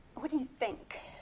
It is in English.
what do you think?